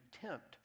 contempt